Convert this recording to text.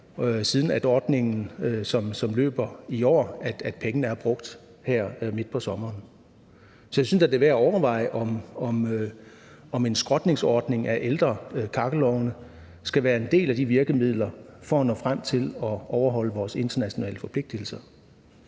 i ordningen, som løber i år, er sådan, at pengene er brugt her midt på sommeren. Så jeg synes, det er værd at overveje, om en skrotningsordning af ældre kakkelovne skal være en del af de virkemidler, for at nå frem til at overholde vores internationale forpligtelser.